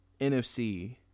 NFC